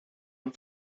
amb